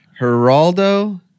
Geraldo